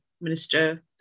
Minister